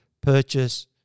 purchase